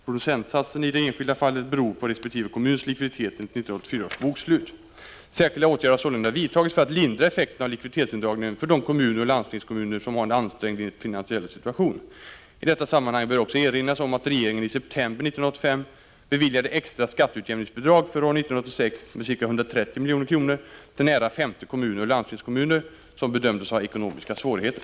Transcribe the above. Procentsatsen i det enskilda fallet beror på resp. kommuns likviditet enligt 1984 års bokslut. Särskilda åtgärder har således vidtagits för att lindra effekten av likviditetsindragningen för de kommuner och landstingskommuner som har en ansträngd finansiell situation. I detta sammanhang bör också erinras om att regeringen i september 1985 beviljade extra skatteutjämningsbidrag för år 1986 med ca 130 milj.kr. till nära 50 kommuner och landstingskommuner som bedömdes ha ekonomiska svårigheter.